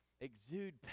exude